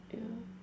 ya